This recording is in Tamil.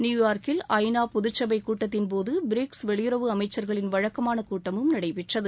நியுயார்க்கில் ஐநா பொதுச்சபை கூட்டத்தின்போது பிரிக்ஸ் வெளியறவு அமைச்சர்களின் வழக்கமான கூட்டமும் நடைபெற்றது